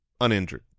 uninjured